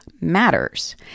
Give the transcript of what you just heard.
matters